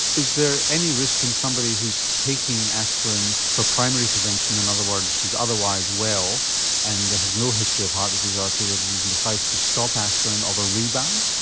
is there any risk in somebody who's taking aspirin for primary prevention, in other words who is otherwise well and has no history of heart disease or arterial disease and decides to stop aspirin of a rebound?